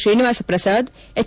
Srinivasaprasad H